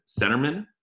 centerman